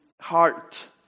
heart